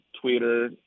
Twitter